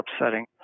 upsetting